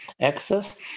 access